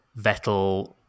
Vettel